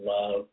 love